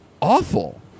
awful